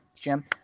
Jim